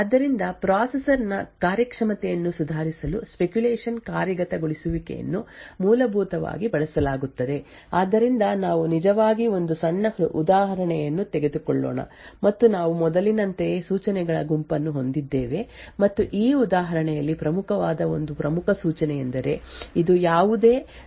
ಆದ್ದರಿಂದ ಪ್ರೊಸೆಸರ್ ನ ಕಾರ್ಯಕ್ಷಮತೆಯನ್ನು ಸುಧಾರಿಸಲು ಸ್ಪೆಕ್ಯುಲೇಷನ್ ಕಾರ್ಯಗತಗೊಳಿಸುವಿಕೆಯನ್ನು ಮೂಲಭೂತವಾಗಿ ಬಳಸಲಾಗುತ್ತದೆ ಆದ್ದರಿಂದ ನಾವು ನಿಜವಾಗಿ ಒಂದು ಸಣ್ಣ ಉದಾಹರಣೆಯನ್ನು ತೆಗೆದುಕೊಳ್ಳೋಣ ಮತ್ತು ನಾವು ಮೊದಲಿನಂತೆಯೇ ಸೂಚನೆಗಳ ಗುಂಪನ್ನು ಹೊಂದಿದ್ದೇವೆ ಮತ್ತು ಈ ಉದಾಹರಣೆಯಲ್ಲಿ ಪ್ರಮುಖವಾದ ಒಂದು ಪ್ರಮುಖ ಸೂಚನೆಯೆಂದರೆ ಇದು ಯಾವುದೇ 0 ಜೆ ಎನ್ಝೆಡ್ ಮೇಲೆ ಲೇಬಲ್ ಗೆ ಜಿಗಿತವಾಗಿದೆ